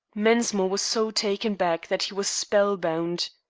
mensmore was so taken back that he was spellbound.